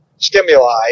Stimuli